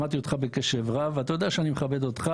שמעתי אותך בקשב רב ואתה יודע שאני מכבד אותך